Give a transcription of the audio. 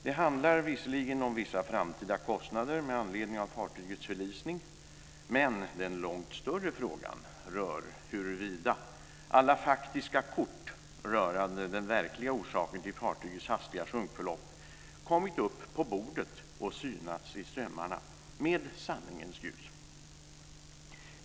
Det handlar visserligen om vissa framtida kostnader med anledning av fartygets förlisning, men den långt större frågan handlar om huruvida alla faktiska kort rörande den verkliga orsaken till fartygets hastiga sjunkförlopp kommit upp på bordet och synats i sömmarna med sanningens ljus.